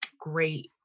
great